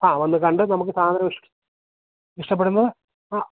ആ വന്നു കണ്ടു നമുക്കു സാധനം ഇഷ്ടപ്പെടുമ്പോള് ആ